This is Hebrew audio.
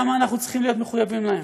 למה אנחנו צריכים להיות מחויבים להם?